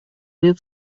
лет